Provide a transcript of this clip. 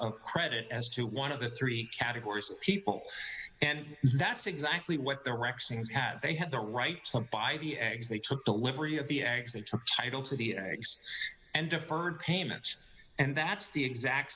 of credit as to one of the three categories of people and that's exactly what their record seems that they had the right by the eggs they took delivery of the eggs they took title to the eggs and deferred payments and that's the exact